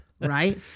Right